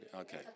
Okay